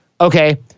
Okay